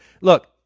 Look